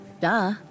Duh